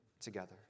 together